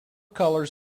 colours